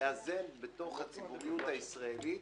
לאזן בתוך הציבוריות הישראלית